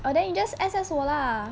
then you just S_S 我 lah